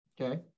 Okay